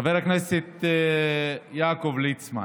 חבר הכנסת יעקב ליצמן,